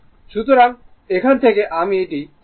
সুতরাং এখান থেকে আমি এটি cos theta r পাব